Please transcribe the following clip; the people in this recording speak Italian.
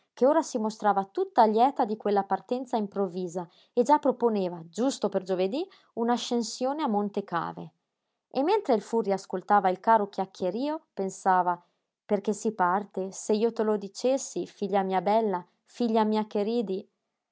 che ora si mostrava tutta lieta di quella partenza improvvisa e già proponeva giusto per giovedí un'ascensione a monte cave e mentre il furri ascoltava il caro chiacchierio pensava perché si parte se io te lo dicessi figlia mia bella figlia mia che ridi